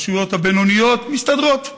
הרשויות הבינוניות מסתדרות.